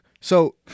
so-